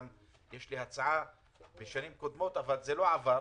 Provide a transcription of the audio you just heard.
יש לי הצעה משנים קודמות אבל היא לא עברה